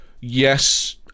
yes